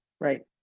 right